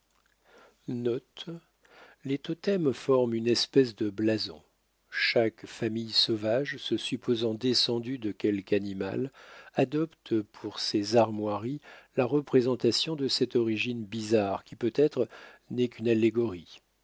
forment une espèce de blason chaque famille sauvage se supposant descendue de quelque animal adopte pour ses armoiries la représentation de cette origine bizarre qui peut-être n'est qu'une allégorie